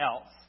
else